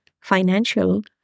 Financial